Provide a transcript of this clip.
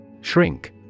Shrink